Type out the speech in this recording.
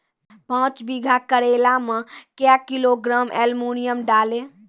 पाँच बीघा करेला मे क्या किलोग्राम एलमुनियम डालें?